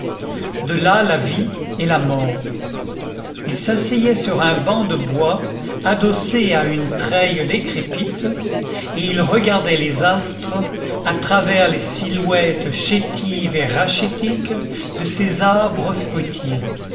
de là la vie et la mort il s'asseyait sur un banc de bois adossé à une treille décrépite et il regardait les astres à travers les silhouettes chétives et rachitiques de ses arbres fruitiers